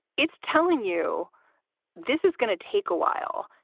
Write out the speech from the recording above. it's telling you this is going to take a while.